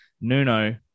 Nuno